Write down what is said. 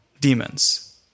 demons